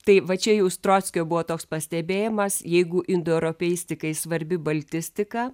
tai va čia jau strockio buvo toks pastebėjimas jeigu indoeuropeistikai svarbi baltistika